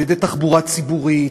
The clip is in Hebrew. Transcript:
על-ידי תחבורה ציבורית,